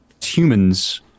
humans